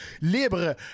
libre